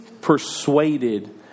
persuaded